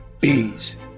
Bees